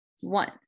One